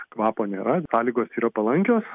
kvapo nėra sąlygos yra palankios